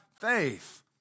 faith